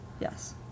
yes